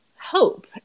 hope